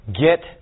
get